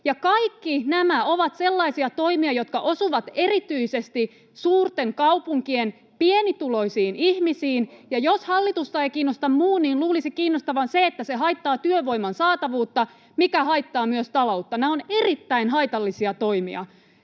Kaikki nämä ovat sellaisia toimia, jotka osuvat erityisesti suurten kaupunkien pienituloisiin ihmisiin, ja jos hallitusta ei kiinnosta muu, niin luulisi kiinnostavan se, että se haittaa työvoiman saatavuutta, mikä haittaa myös taloutta. Nämä ovat erittäin haitallisia toimia,